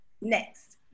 Next